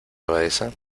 abadesa